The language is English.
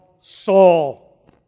Saul